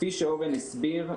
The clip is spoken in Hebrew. כפי שאורן הסביר,